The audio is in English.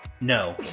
No